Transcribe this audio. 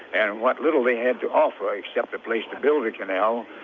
and what little they had to offer, except a place to build a canal,